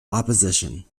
opposition